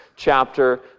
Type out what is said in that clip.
chapter